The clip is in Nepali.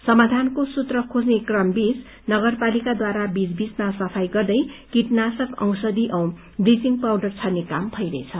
समाधानको सूत्र खोज्ने क्रम बीच नगरपालिकाद्वारा बीच बीचमा सफाई गर्दै कीटनाशक औषधि औ पाउडर छर्ने काम भइरहेछ